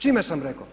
Čime sam rekao?